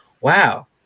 wow